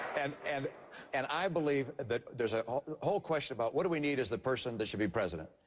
and and and i believe that there's a whole question about, what do we need as the person that should be president?